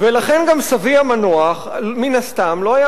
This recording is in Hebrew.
ולכן גם סבי המנוח מן הסתם לא היה